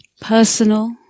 Personal